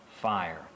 fire